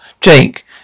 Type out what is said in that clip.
Jake